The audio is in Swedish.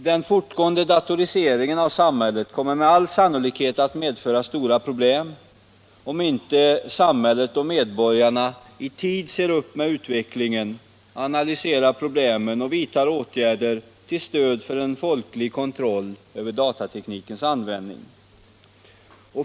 Den fortgående datoriseringen i samhället kommer med all sannolikhet att medföra stora problem, om inte samhället och medborgarna i tid ser upp med utvecklingen, analyserar problemen och vidtar åtgärder till stöd för en folklig kontroll över datateknikens användning.